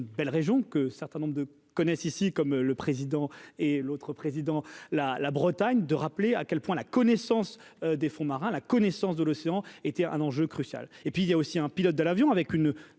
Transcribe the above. belle région que certains nombres de connaissent ici comme le président et l'autre président la la Bretagne de rappeler à quel point la connaissance des fonds marins, la connaissance de l'océan était un enjeu crucial et puis il y a aussi un pilote de l'avion avec une